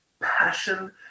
passion